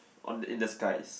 on the in the skies